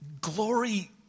Glory